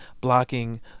blocking